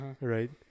Right